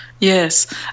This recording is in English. Yes